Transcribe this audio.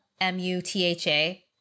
M-U-T-H-A